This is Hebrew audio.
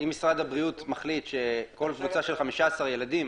אם משרד הבריאות מחליט שכל קבוצה של 15 ילדים